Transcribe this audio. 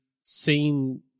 seen